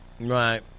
Right